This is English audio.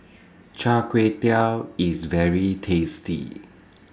Char Kway Teow IS very tasty